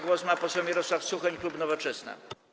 Głos ma poseł Mirosław Suchoń, klub Nowoczesna.